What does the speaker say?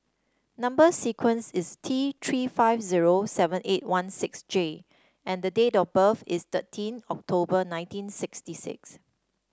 number sequence is T Three five zero seven eight one six J and the date of birth is thirteen October nineteen sixty six